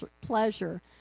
pleasure